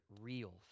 real